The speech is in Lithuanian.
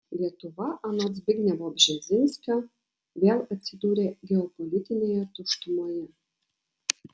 lietuva anot zbignevo bžezinskio vėl atsidūrė geopolitinėje tuštumoje